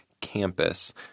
campus